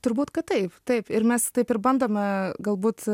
turbūt kad taip ir mes taip ir bandome galbūt